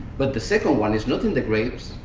but the second one is not in the graves,